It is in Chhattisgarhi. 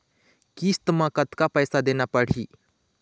किस्त म कतका पैसा देना देना पड़ही?